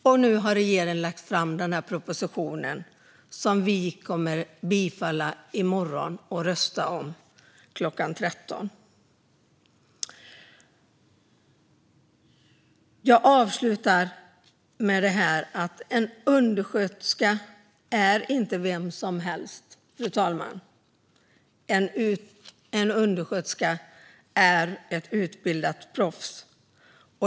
Och nu har regeringen lagt fram denna proposition, som vi kommer att rösta ja till i morgon klockan 13. Jag avslutar med det här, fru talman: En undersköterska är inte vem som helst. En undersköterska är ett utbildat proffs.